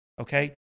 okay